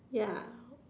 ya